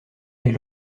est